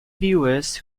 viewers